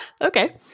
Okay